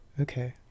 Okay